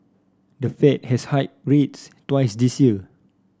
the Fed has hiked rates twice this year